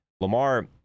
Lamar